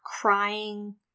crying